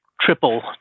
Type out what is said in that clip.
triple